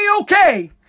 okay